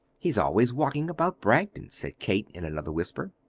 he's always walking about bragton, said kate in another whisper.